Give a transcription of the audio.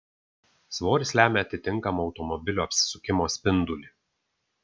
svoris lemia atitinkamą automobilio apsisukimo spindulį